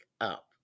up